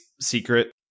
secret